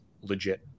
legit